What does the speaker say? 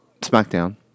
SmackDown